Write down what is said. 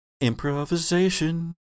Improvisation